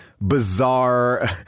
bizarre